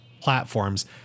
platforms